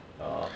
ah